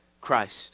Christ